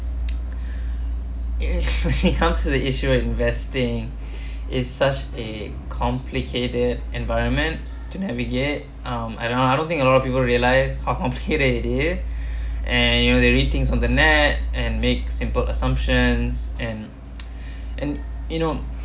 it comes to the issue in investing it's such a complicated environment to navigate um I don't I don't think a lot of people realise how complicated it is and you know everything’s on the net and make simple assumptions and and you know